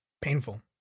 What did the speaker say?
Painful